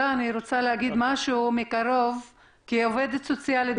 אני מסכימה אתך שיש המון מה לעשות כדי שהשיח הזה יעשה קפיצת מדרגה.